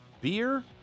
beer